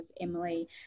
Emily